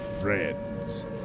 friends